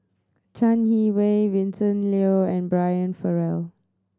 Chai Yee Wei Vincent Leow and Brian Farrell